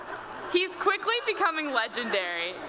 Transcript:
he's quickly become legendary,